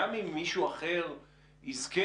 גם אם מישהו אחר יזכה,